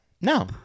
No